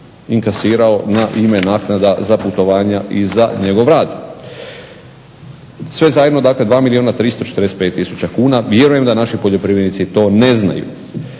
inkasirao na ime naknada za putovanja i za njegov rad. Sve zajedno dakle 2 milijuna 345 tisuća kuna. Vjerujem da naši poljoprivrednici to ne znaju.